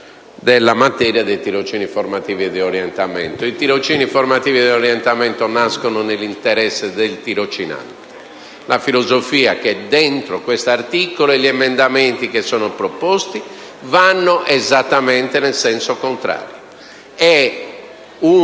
La filosofia che edentro questo articolo e agli emendamenti che sono stati proposti va esattamente nel senso contrario: